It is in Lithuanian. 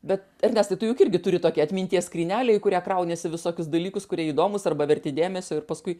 bet ernestai tu juk irgi turi tokią atminties skrynelę į kurią krauniesi visokius dalykus kurie įdomūs arba verti dėmesio ir paskui